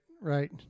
Right